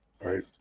Right